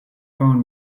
phone